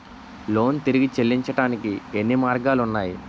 Loan తిరిగి చెల్లించటానికి ఎన్ని మార్గాలు ఉన్నాయి?